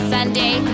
Sunday